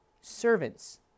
servants